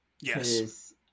yes